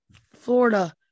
Florida